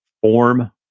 form